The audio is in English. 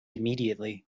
immediately